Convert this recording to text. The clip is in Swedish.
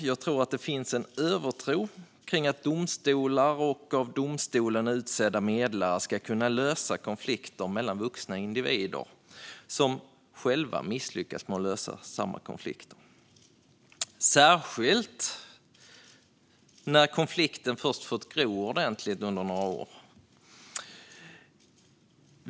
Jag tror att det finns en övertro på att domstolar och av domstolen utsedda medlare ska kunna lösa konflikter mellan vuxna individer som själva misslyckats med att lösa samma konflikter, särskilt när konflikten först fått gro ordentligt under några år.